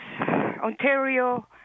Ontario